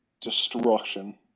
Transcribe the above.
destruction